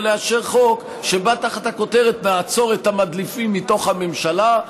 ולאשר חוק שבא תחת הכותרת: נעצור את המדליפים מתוך הממשלה,